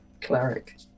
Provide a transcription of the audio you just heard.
cleric